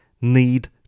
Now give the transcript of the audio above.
need